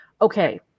okay